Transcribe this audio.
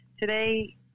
today